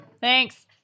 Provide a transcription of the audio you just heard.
Thanks